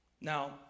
Now